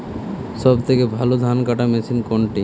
সবথেকে ভালো ধানকাটা মেশিন কোনটি?